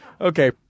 Okay